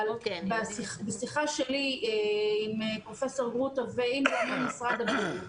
אבל בשיחה שלי עם פרופ' גרוטו ועם --- משרד הבריאות,